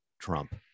Trump